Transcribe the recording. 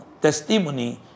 testimony